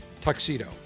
Tuxedo